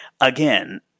again